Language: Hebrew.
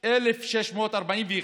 בשנת 48', אתה עם 1,641 תושבים,